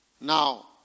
Now